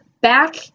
back